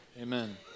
Amen